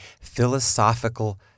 philosophical